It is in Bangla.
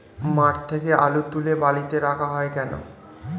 মাঠ থেকে আলু তুলে বালিতে রাখা হয় কেন?